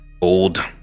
Old